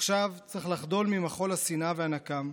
עכשיו צריך לחדול ממחול השנאה והנקם,